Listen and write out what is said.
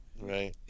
Right